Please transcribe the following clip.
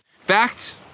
Fact